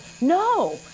No